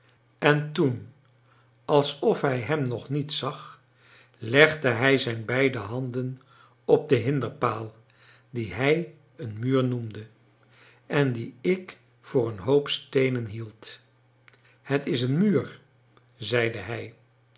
en toen alsof hij hem nog niet zag legde hij zijn beide handen op den hinderpaal dien hij een muur noemde en dien ik voor een hoop steenen hield het is een muur zeide hij